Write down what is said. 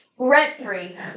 Rent-free